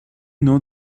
know